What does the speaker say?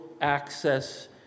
access